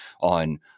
on